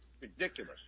Ridiculous